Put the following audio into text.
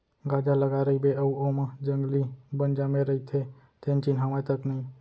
गाजर लगाए रइबे अउ ओमा जंगली बन जामे रइथे तेन चिन्हावय तक नई